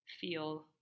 feel